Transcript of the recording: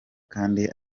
kandi